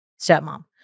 stepmom